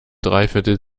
dreiviertel